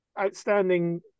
outstanding